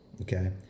okay